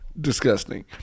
disgusting